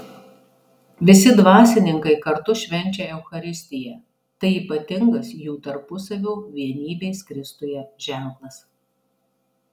visi dvasininkai kartu švenčia eucharistiją tai ypatingas jų tarpusavio vienybės kristuje ženklas